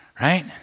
right